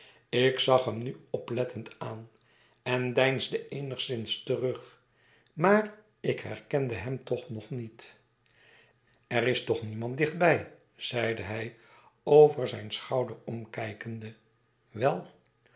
ik zag hem nu oplettend aan en deinsde eenigszins terug maar ik herkende hem toch nog niet er is toch niemand dichtbij zeide hij over zijn schouder omkijkende wei